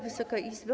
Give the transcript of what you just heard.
Wysoka Izbo!